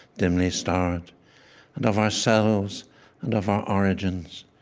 dimly-starred, and of ourselves and of our origins,